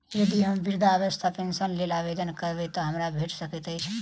यदि हम वृद्धावस्था पेंशनक लेल आवेदन करबै तऽ हमरा भेट सकैत अछि?